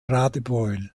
radebeul